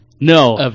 No